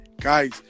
guys